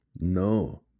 No